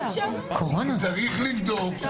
כי צריך לבדוק,